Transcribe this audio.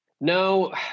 No